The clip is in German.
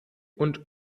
und